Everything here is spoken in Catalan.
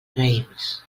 raïms